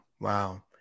Wow